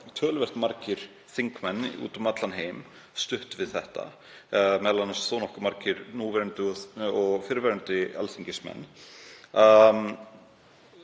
töluvert margir þingmenn úti um allan heim stutt við hana, m.a. þó nokkuð margir núverandi og fyrrverandi alþingismenn.